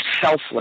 selfless